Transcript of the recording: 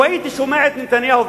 לו הייתי שומע את נתניהו,